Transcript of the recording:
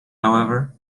however